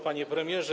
Panie Premierze!